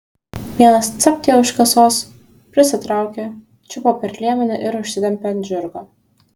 vienas capt ją už kasos prisitraukė čiupo per liemenį ir užsitempė ant žirgo